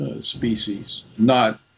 species—not